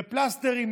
לפלסטרים,